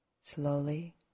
slowly